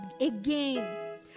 again